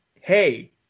hey